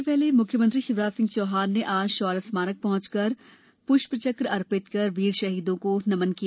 इसके पहले मुख्यमंत्री शिवराज सिंह चौहान ने आज शौर्य स्मारक पहंचकर पुष्पचक अर्पित कर स्वातंत्रयवीर शहीदों को नमन किया